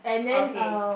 okay